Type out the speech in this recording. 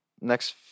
next